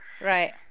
right